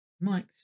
Mike